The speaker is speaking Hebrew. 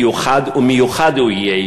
מיוחד ומיוחד הוא יהיה,